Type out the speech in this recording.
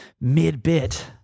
mid-bit